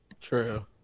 True